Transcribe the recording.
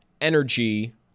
energy